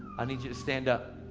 i need you to stand up.